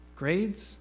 grades